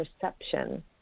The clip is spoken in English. perception